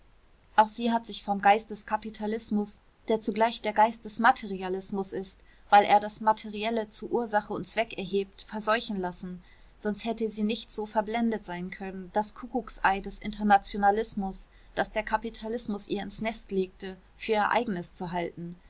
auch sie hat sich vom geist des kapitalismus der zugleich der geist des materialismus ist weil er das materielle zu ursache und zweck erhebt verseuchen lassen sonst hätte sie nicht so verblendet sein können das kuckucksei des internationalismus das der kapitalismus ihr ins nest legte für ihr eigenes zu halten